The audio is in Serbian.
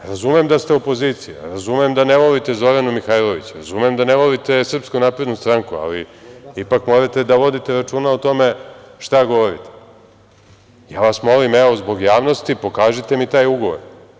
Razumem da ste opozicija, razumem da ne volite Zoranu Mihajlović, razumem da ne volite SNS, ali ipak, morate da vodite računa o tome šta govorite, ja vas moli, evo, zbog javnosti, pokažite mi taj ugovor.